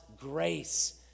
grace